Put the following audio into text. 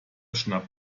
schnappte